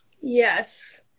Yes